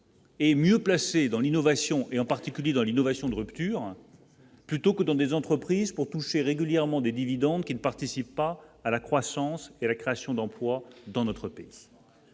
Et mieux placé dans l'innovation et en particulier dans l'innovation de rupture, plutôt que dans des entreprises pour toucher régulièrement des dividendes qui ne participe pas à la croissance et la création d'emplois dans notre pays,